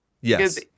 Yes